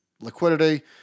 liquidity